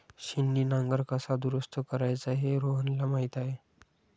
छिन्नी नांगर कसा दुरुस्त करायचा हे रोहनला माहीत आहे